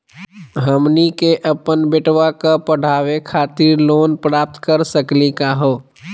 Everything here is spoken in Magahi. हमनी के अपन बेटवा क पढावे खातिर लोन प्राप्त कर सकली का हो?